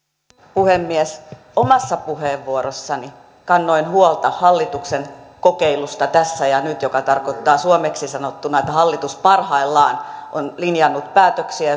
puhemies omassa puheenvuorossani kannoin huolta hallituksen kokeilusta tässä ja nyt mikä tarkoittaa suomeksi sanottuna että hallitus parhaillaan on linjannut päätöksiä